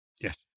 Yes